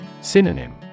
Synonym